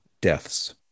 deaths